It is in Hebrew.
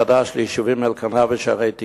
וכן סלילת כביש גישה חדש ליישובים אלקנה ושערי-תקווה,